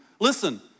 listen